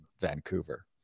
Vancouver